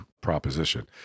proposition